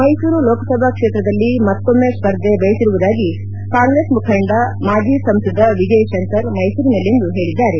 ಮೈಸೂರು ಲೋಕಸಭಾ ಕ್ಷೇತ್ರದಲ್ಲಿ ಮತ್ತೋಮ್ಮೆ ಸ್ಪರ್ಧೆ ಬಯಸಿರುವುದಾಗಿ ಕಾಂಗ್ರೆಸ್ ಮುಖಂಡ ಮಾಜಿ ಸಂಸದ ವಿಜಯ ಶಂಕರ್ ಮ್ಲೆಸೂರಿನಲ್ಲಿಂದು ಹೇಳಿದ್ದಾರೆ